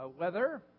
weather